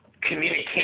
communication